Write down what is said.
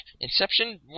Inception